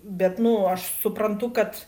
bet nu aš suprantu kad